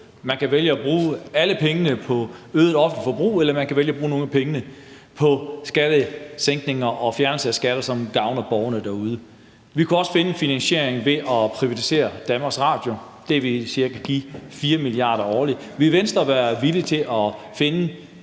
Man kan vælge at bruge alle pengene på øget offentligt forbrug, eller man kan vælge at bruge nogle af pengene på skattesænkninger og fjernelse af skatter, som ville gavne borgerne derude. Vi kunne også finde finansiering ved at privatisere Danmarks Radio. Det ville cirka give 4 mia. kr. årligt. Ville Venstre være villig til at finde